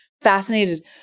fascinated